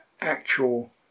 actual